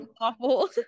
awful